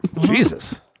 Jesus